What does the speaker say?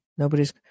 Nobody's